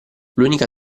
l’unica